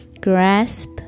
grasp